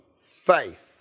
faith